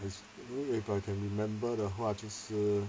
if I can remember 的话就是